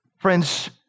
Friends